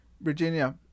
Virginia